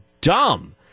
dumb